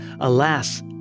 Alas